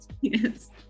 Yes